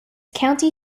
county